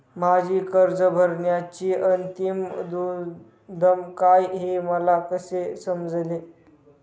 माझी कर्ज भरण्याची अंतिम मुदत काय, हे मला कसे समजेल?